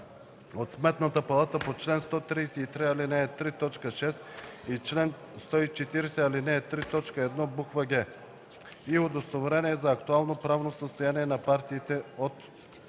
от Сметната палата по чл. 133, ал. 3, т. 6 и чл. 140, ал. 3, т. 1, буква „г” и удостоверение за актуално правно състояние на партиите от